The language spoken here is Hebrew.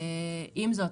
עם זאת,